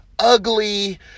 ugly